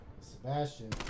Sebastian